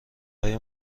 های